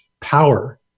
power